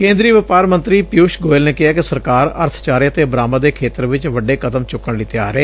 ਕੇਂਦਰੀ ਵਪਾਰ ਮੰਤਰੀ ਪਿਉਸ਼ ਗੋਇਲ ਨੇ ਕਿਹੈ ਕਿ ਸਰਕਾਰ ਅਰਬਚਾਰੇ ਅਤੇ ਬਰਾਮਦ ਦੇ ਖੇਤਰ ਵਿਚ ਵੱਡੇ ਕਦਮ ਚੁੱਕਣ ਲਈ ਤਿਆਰ ਏ